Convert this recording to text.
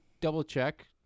double-check